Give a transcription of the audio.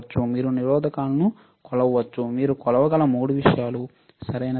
మీరు నిరోధకలను కొలవగలదు మీరు కొలవగల మూడు విషయాలు సరియైనదా